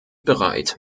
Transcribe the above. bereit